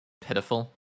pitiful